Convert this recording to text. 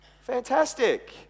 Fantastic